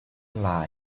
lie